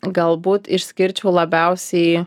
galbūt išskirčiau labiausiai